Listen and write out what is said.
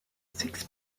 six